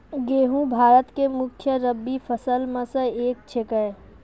गेहूँ भारत के मुख्य रब्बी फसल मॅ स एक छेकै